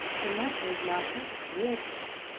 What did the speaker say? the matter is now so clear to me,